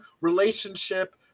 relationship